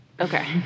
Okay